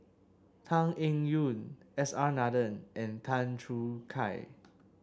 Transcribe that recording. Tan Eng Yoon S R Nathan and Tan Choo Kai